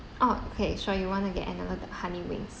orh okay so you want to get another uh honey wings